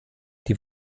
die